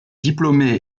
diplômé